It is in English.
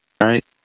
right